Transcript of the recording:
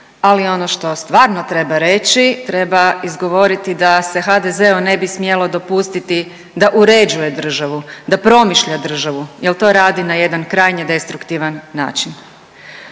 ali ono što stvarno reći treba izgovoriti da se HDZ-u ne bi smjelo dopustiti da uređuje državu, da promišlja državu jel to radi na jedan krajnje destruktivan način.